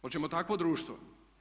Hoćemo takvo društvo?